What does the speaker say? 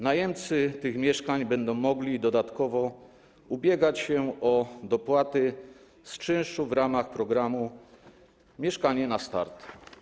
Najemcy tych mieszkań będą mogli dodatkowo ubiegać się o dopłaty z czynszu w ramach programu „Mieszkanie na start”